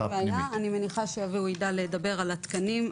אני מניחה שאביהו ידע לדבר על התקנים,